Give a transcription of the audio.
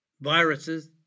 viruses